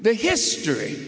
the history